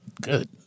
Good